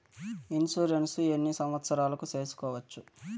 Insurance ఎన్ని సంవత్సరాలకు సేసుకోవచ్చు?